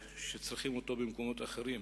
שצריכים אותו במקומות אחרים.